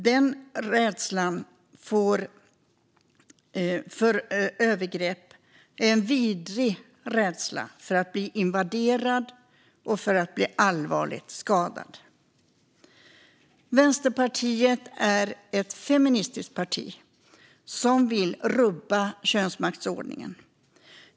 Den rädslan för övergrepp är en vidrig rädsla för att bli invaderad och för att bli allvarligt skadad. Vänsterpartiet är ett feministiskt parti som vill rubba könsmaktsordningen.